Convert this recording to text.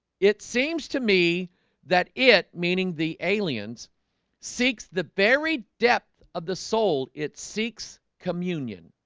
it seems to me that it meaning the aliens seeks the buried depth of the soul it seeks communion